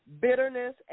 bitterness